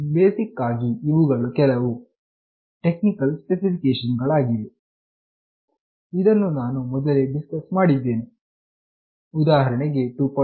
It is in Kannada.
ಬೇಸಿಕ್ ಆಗಿ ಇವುಗಳು ಕೆಲವು ಟೆಕ್ನಿಕಲ್ ಸ್ಪೆಸಿಫಿಕೇಷನ್ ಆಗಿದೆ ಇದನ್ನು ನಾನು ಮೊದಲೇ ಡಿಸ್ಕಸ್ ಮಾಡಿದ್ದೇನೆ ಉದಾಹರಣೆಗೆ 2